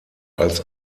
als